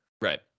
Right